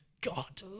God